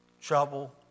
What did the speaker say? trouble